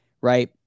right